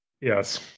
Yes